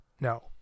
No